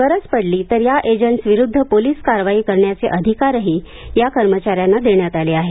गरज पडली तर या एजंट विरुद्ध पोलीस कारवाई करण्याचे अधिकारही या कर्मचाऱ्यांना देण्यात आले आहेत